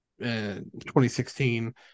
2016